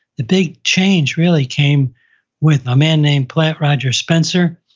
the big change really came with a man named platt roger spencer,